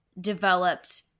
developed